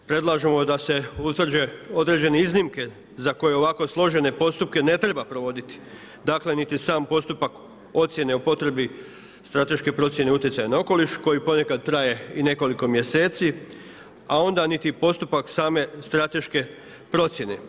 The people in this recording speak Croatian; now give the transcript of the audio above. Predlažemo da se utvrde određene iznimke, za koje ovako složene postupke ne treba provoditi, dakle, niti sam postupak ocjene o potrebi strateške procjene utjecaja na okoliš koji ponekad traje i nekoliko mjeseci, a onda niti postupak same strateške procjene.